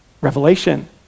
Revelation